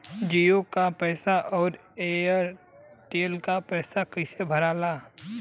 जीओ का पैसा और एयर तेलका पैसा कैसे भराला?